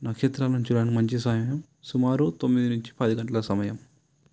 నక్షత్రాలను చూడడానికి మంచి సమయం సుమారు తొమిది నుంచి పది గంటల సమయం